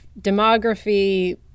demography